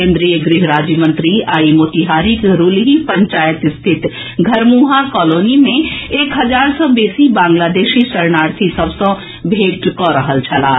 केन्द्रीय गृह राज्य मंत्री आई मोतिहारीक रुलही पंचायत स्थित धरमुहाँ कालोनी मे एक हजार सॅ बेसी बांग्लादेशी शरणार्थी सभ सॅ भेंट कऽ रहल छलाह